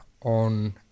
on